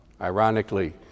Ironically